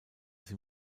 sie